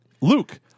Luke